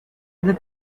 the